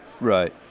right